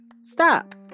stop